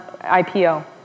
IPO